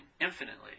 infinitely